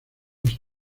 los